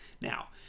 Now